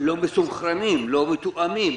לא מסונכרנים, לא מתואמים.